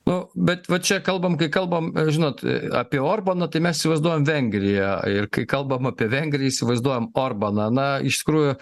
nu bet va čia kalbam kai kalbam žinot apie orbaną tai mes įsivaizduojam vengriją ir kai kalbam apie vengriją įsivaizduojam orbaną na iš tikrųjų